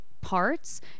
parts